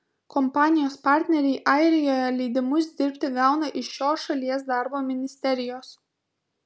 kompanijos partneriai airijoje leidimus dirbti gauna iš šios šalies darbo ministerijos